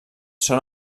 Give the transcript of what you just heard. són